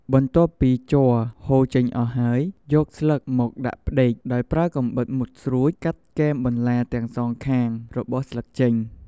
បន្ទាប់ពីជ័រហូរចេញអស់ហើយ យកស្លឹកមកដាក់ផ្ដេក ដោយប្រើកាំបិតមុតស្រួចកាត់គែមបន្លាទាំងសងខាងរបស់ស្លឹកចេញ។